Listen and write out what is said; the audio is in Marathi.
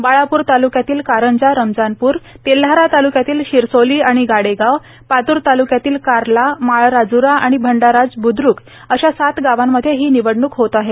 बाळापूर तालुक्यातील कारंजा रमजानप्र तेल्हारा तालुक्यातील शिरसोली आणि गाडेगाव पात्र तालुक्यातील कारला माळराज्रा आणि भंडाराज ब्द्रक अशा सात गावांमध्ये ही निवडणूक होत आहे